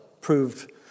proved